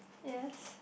yes